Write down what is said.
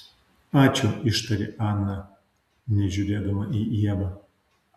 ačiū ištarė ana nežiūrėdama į ievą